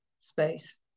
space